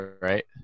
right